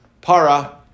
Para